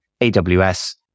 AWS